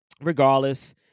regardless